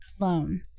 alone